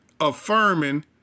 affirming